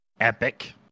epic